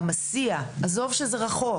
עזוב שזה רחוק,